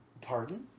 pardon